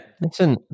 Listen